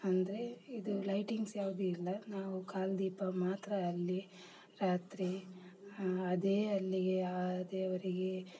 ಅಂದರೆ ಇದು ಲೈಟಿಂಗ್ಸ್ ಯಾವುದು ಇಲ್ಲ ನಾವು ಕಾಲುದೀಪ ಮಾತ್ರ ಅಲ್ಲಿ ರಾತ್ರಿ ಅದೇ ಅಲ್ಲಿಗೆ ಆ ದೇವರಿಗೆ